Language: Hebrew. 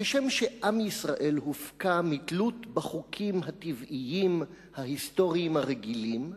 כשם שעם ישראל הופקע מתלות בחוקים הטבעיים-היסטוריים הרגילים,